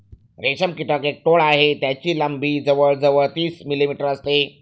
रेशम कीटक एक टोळ आहे ज्याची लंबी जवळ जवळ तीस मिलीमीटर असते